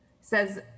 says